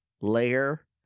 layer